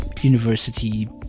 University